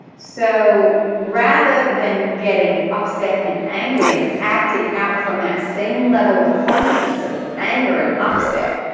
so rather than getting upset and angry and acting out from that same level of consciousness of anger and upset,